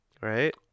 Right